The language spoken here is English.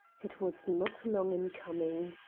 it was not long in coming.